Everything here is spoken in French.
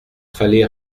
fallait